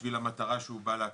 בשביל המטרה שהוא בא להגשים.